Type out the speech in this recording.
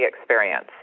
experience